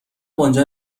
آنجا